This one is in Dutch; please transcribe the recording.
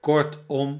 kortom